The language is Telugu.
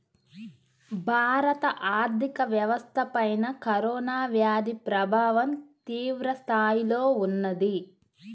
భారత ఆర్థిక వ్యవస్థపైన కరోనా వ్యాధి ప్రభావం తీవ్రస్థాయిలో ఉన్నది